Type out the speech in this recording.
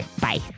bye